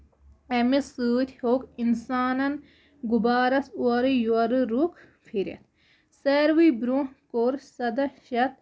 اَمہِ سۭتۍ ہٮ۪وٚکھ اِنسانَن غُبارَس اورٕ یورٕ رُکھ پھرِتھ ساروی برونہہ کوٚر سَداہ شیٚتھ